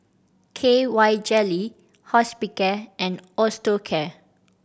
K Y Jelly Hospicare and Osteocare